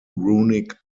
runic